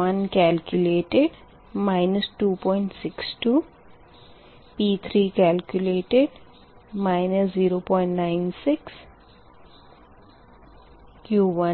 P2 calculated 262 P3 calculated 096 Q2